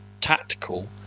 tactical